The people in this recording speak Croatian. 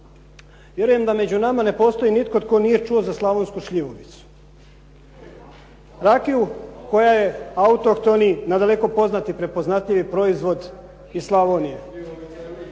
Vjerujem da među nama ne postoji nitko tko nije čuo za slavonsku šljivovicu, rakiju koja je autohtoni na daleko poznati, prepoznatljivi proizvod iz Slavonije.